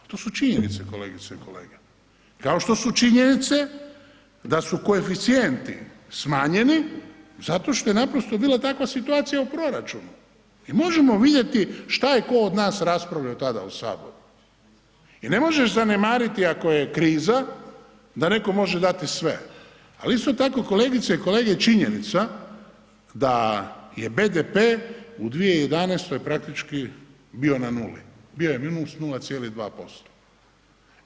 To su činjenice kolegice i kolege, kao što su činjenice da su koeficijenti smanjeni zato što je naprosto bila takva situacija u proračunu i možemo vidjeti šta je tko od nas raspravljao tada u saboru i ne možeš zanemariti ako je kriza da netko može dati sve, ali isto tako kolegice i kolege je činjenica da je BDP u 2011. praktički bio na nuli, bio je minus 0,2%